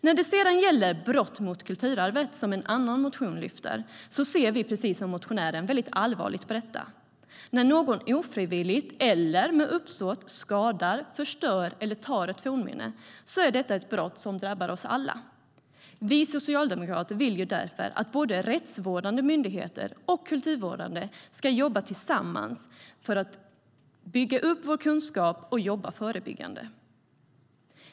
När det sedan gäller brott mot kulturarvet, som lyfts upp i en annan motion, ser vi precis som motionären allvarligt på detta. När någon ofrivilligt eller med uppsåt skadar, förstör eller tar ett fornminne är det ett brott som drabbar oss alla. Vi socialdemokrater vill därför att både rättsvårdande myndigheter och kulturvårdande myndigheter ska jobba tillsammans för att bygga upp kunskap och verka förebyggande.